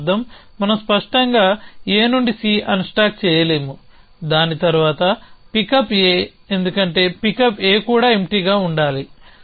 దీనర్థం మనం స్పష్టంగా A నుండి C అన్స్టాక్ చేయలేము దాని తర్వాత పిక్ అప్ A ఎందుకంటే పికప్ A కూడా ఎంప్టీగా ఉండాలి